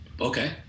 Okay